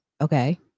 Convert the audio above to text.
Okay